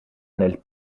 nel